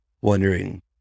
wondering